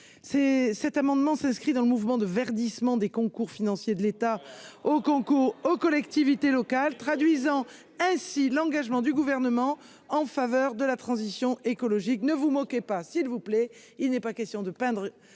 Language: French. cet amendement, s'inscrit dans le mouvement de verdissement des concours financiers de l'État. Au concours aux collectivités locales, traduisant ainsi l'engagement du gouvernement en faveur de la transition écologique ne vous moquez pas, s'il vous plaît, il n'est pas question de peindre